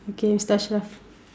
okay mister Ashraf